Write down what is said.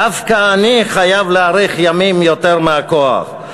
דווקא אני חייב להאריך ימים יותר מהכוח'".